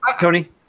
Tony